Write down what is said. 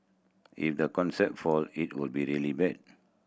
if the concept fall it will be really bad